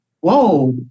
whoa